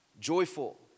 Joyful